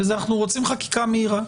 ובגלל זה אנחנו רוצים חקיקה מהירה.